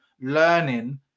learning